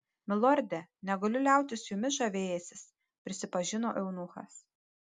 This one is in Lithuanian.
milorde negaliu liautis jumis žavėjęsis prisipažino eunuchas